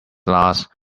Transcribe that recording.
last